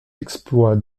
exploits